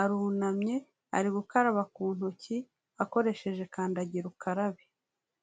arunamye, ari gukaraba ku ntoki akoresheje kandagira ukarabe.